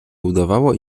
udawało